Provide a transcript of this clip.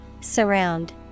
Surround